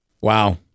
Wow